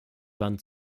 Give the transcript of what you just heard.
wand